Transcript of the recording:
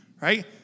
Right